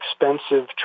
expensive